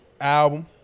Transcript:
album